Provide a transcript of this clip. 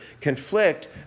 conflict